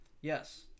Yes